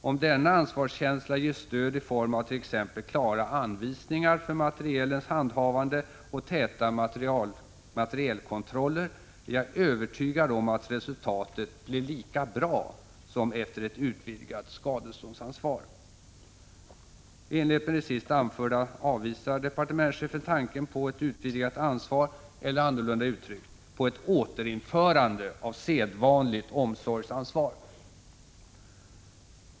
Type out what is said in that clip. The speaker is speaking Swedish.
Om denna ansvarskänsla ges stöd i form av t.ex. klara anvisningar för materielens handhavande och täta materielkontroller, är jag övertygad om att resultatet blir lika bra som efter ett utvidgat skadeståndsansvar.” I enlighet med det sist anförda avvisar departementschefen tanken på ett utvidgat ansvar eller, annorlunda uttryckt, på ett återinförande av sedvanligt omsorgsansvar.